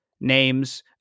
names